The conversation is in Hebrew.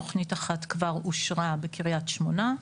תוכנית אחת כבר אושרה בקריית שמונה.